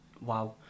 wow